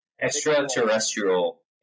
Extraterrestrial